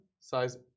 size